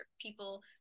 people